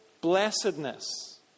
blessedness